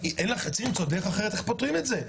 צריך למצוא דרך אחרת איך פותרים את זה.